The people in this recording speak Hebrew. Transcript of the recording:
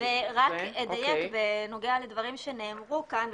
רק אדייק בנוגע לדברים שנאמרו כאן,